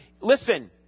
listen